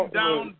down